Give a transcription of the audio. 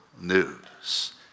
news